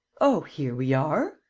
oh, here we are.